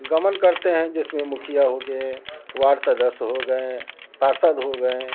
गमन करते हैं जिसमें मुखिया हो गए हैं वार्ड सदस्य हो गए परिषद हो गए